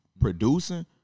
producing